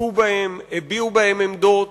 השתתפו בהם, הביעו בהם עמדות.